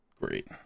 great